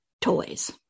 toys